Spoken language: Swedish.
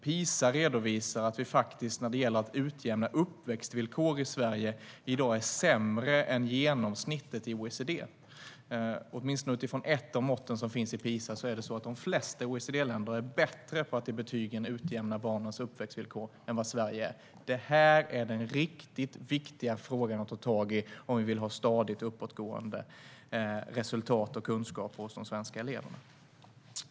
PISA redovisar att vi, när det gäller att utjämna uppväxtvillkor i Sverige, i dag är sämre än genomsnittet i OECD. Utifrån ett av måtten i PISA är de flesta OECD-länder bättre på att genom betygen utjämna barnens uppväxtvillkor än vad Sverige är. Det är en riktigt viktig fråga att ta tag i om vi vill ha stadigt uppåtgående resultat och kunskap hos de svenska eleverna.